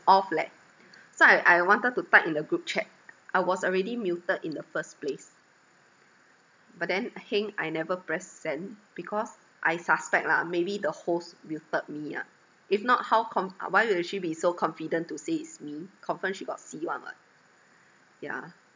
off leh so I I wanted to type in the group chat I was already muted in the first place but then heng I never press send because I suspect lah maybe the host muted me ah if not how come ah why would actually be so confident to say it's me confirm she got see one [what] yeah